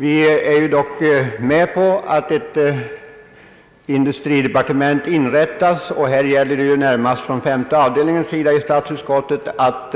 Vi är dock med på att ett industridepartement inrättas, och det gäller närmast för femte avdelningen i statsutskottet att